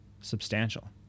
substantial